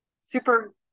super